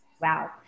Wow